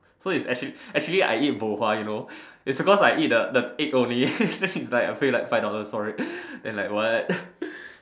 so is actually actually I eat bo hua you know it's because I eat the the egg only like I paid five dollars sorry then like what